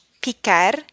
picar